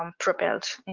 um propelled and